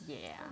ya